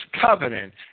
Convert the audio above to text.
covenant